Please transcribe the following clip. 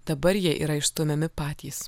dabar jie yra išstumiami patys